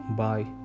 bye